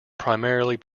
primarily